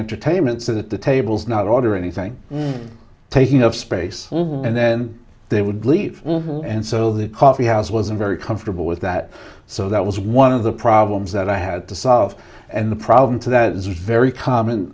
entertainment so that the tables not order anything taking up space and then they would leave and so the coffeehouse was a very comfortable with that so that was one of the problems that i had to solve and the problem to that is very common